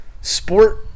sport